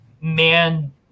man